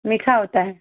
मीठा होता है